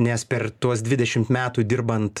nes per tuos dvidešim metų dirbant